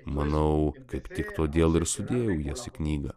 manau kaip tik todėl ir sudėjau jas į knygą